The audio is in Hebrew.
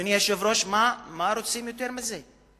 אדוני היושב-ראש, מה רוצים יותר מזה?